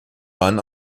waren